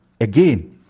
again